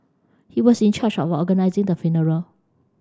he was in charge of organising the funeral